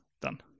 Done